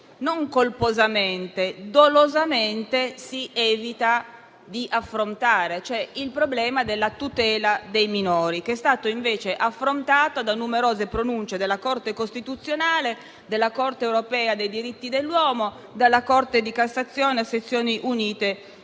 non colposamente, bensì dolosamente, si evita di affrontare, cioè il problema della tutela dei minori, che è stato invece affrontato da numerose pronunce della Corte costituzionale, della Corte europea dei diritti dell'uomo e della Corte di cassazione a sezioni unite civili.